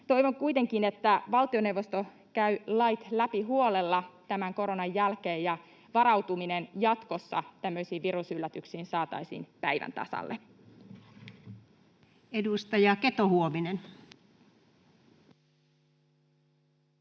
Toivon kuitenkin, että valtioneuvosto käy lait läpi huolella tämän koronan jälkeen ja varautuminen jatkossa tämmöisiin virusyllätyksiin saataisiin päivän tasalle. [Speech 13] Speaker: